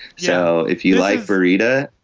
so if you like brita.